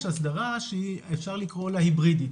יש הסדרה שאפשר לקרוא לה היברידית,